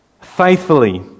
faithfully